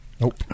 nope